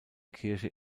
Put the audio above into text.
kirche